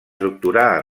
doctorà